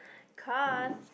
because